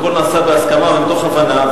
הכול נעשה בהסכמה ומתוך הבנה,